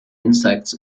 insects